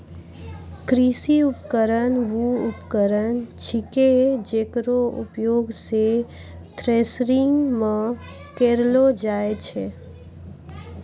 कृषि उपकरण वू उपकरण छिकै जेकरो उपयोग सें थ्रेसरिंग म करलो जाय छै